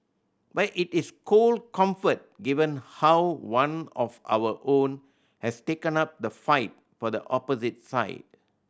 but it is cold comfort given how one of our own has taken up the fight for the opposite side